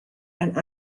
and